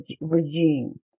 regime